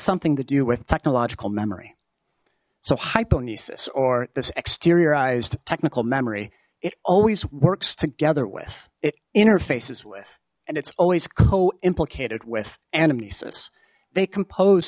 something to do with technological memory so hypo nieces or this exteriorized technical memory it always works together with it interfaces with and it's always complicated with animus they composed